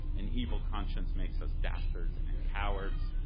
an evil conscience makes us dastards and cowards,